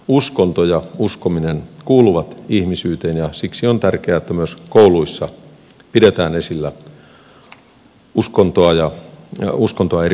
uskonto ja uskominen kuuluvat ihmisyyteen ja siksi on tärkeää että myös kouluissa pidetään esillä uskontoa eri muodoissaan